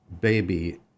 Baby